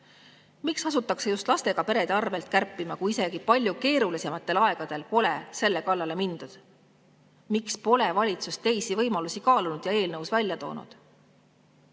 Miks asutakse just lastega perede arvel kärpima, kui isegi palju keerulisematel aegadel pole selle kallale mindud? Miks pole valitsus teisi võimalusi kaalunud ja eelnõus välja toonud?